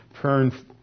turn